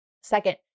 second